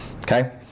okay